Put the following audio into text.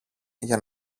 για